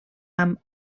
amb